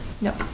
No